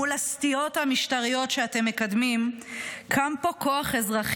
מול הסטיות המשטריות שאתם מקדמים קם פה כוח אזרח